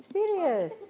serious